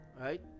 right